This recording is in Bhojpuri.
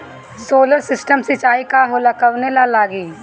सोलर सिस्टम सिचाई का होला कवने ला लागी?